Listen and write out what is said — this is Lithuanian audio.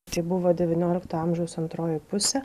tai buvo devyniolikto amžiaus antroji pusė